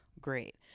great